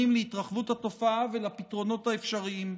להתרחבות התופעה ולפתרונות האפשריים.